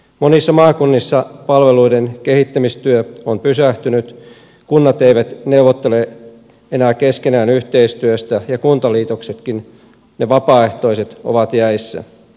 monissa maakunnissa palveluiden kehittämistyö on pysähtynyt kunnat eivät neuvottele enää keskenään yhteistyöstä ja kuntaliitoksetkin ne vapaehtoiset ovat jäissä